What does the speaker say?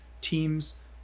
teams